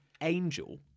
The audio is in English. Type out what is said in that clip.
Angel